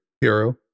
hero